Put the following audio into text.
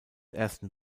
ersten